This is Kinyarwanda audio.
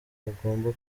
hagomba